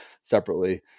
separately